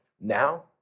Now